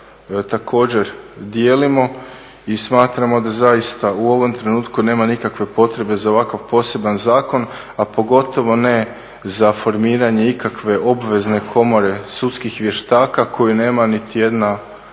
također dijelimo i smatramo da zaista u ovom trenutku nema nikakve potrebe za ovakav poseban zakon, a pogotovo ne za formiranje ikakve obvezne komore sudskih vještaka koji nema niti jedna,